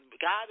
God